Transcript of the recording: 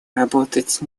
работать